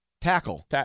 Tackle